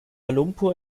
lumpur